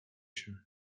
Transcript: się